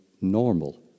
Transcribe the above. normal